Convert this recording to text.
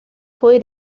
fue